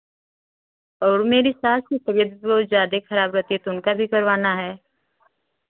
और मेरी सास की तबियत बहुत ज़्यादे खराब रहेती है तो उनका भी करवाना है